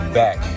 back